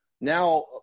Now